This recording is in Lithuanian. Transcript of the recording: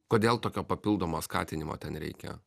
kodėl tokio papildomo skatinimo ten reikia